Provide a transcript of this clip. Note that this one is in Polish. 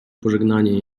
pożegnanie